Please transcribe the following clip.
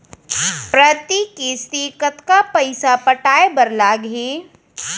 प्रति किस्ती कतका पइसा पटाये बर लागही?